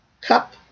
cup